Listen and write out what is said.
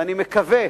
ואני מקווה